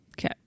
Okay